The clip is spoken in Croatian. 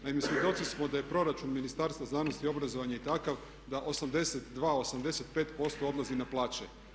Naime, svjedoci smo da je proračun Ministarstva znanosti i obrazovanja takav da 82, 85% odlazi na plaće.